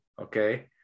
Okay